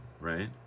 right